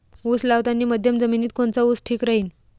उस लावतानी मध्यम जमिनीत कोनचा ऊस ठीक राहीन?